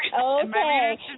Okay